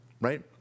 Right